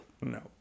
No